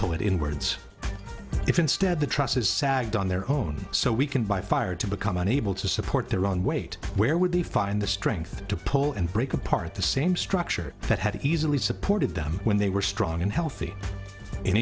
it in words if instead the trusses sagged on their own so weakened by fire to become unable to support their own weight where would they find the strength to pull and break apart the same structure that had easily supported them when they were strong and healthy in